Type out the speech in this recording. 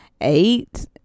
eight